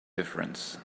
difference